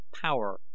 power